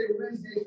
Wednesday